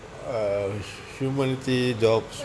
err humanity jobs